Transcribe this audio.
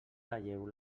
talleu